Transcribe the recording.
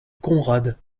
konrad